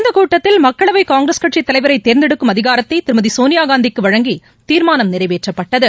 இந்த கூட்டத்தில் மக்களவை காங்கிரஸ் கட்சித் தலைவரை தேர்ந்தெடுக்கும் அதிகாரத்தை திருமதி சோனியாகாந்திக்கு வழங்கி தீர்மானம் நிறைவேற்றப்பட்டது